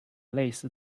类似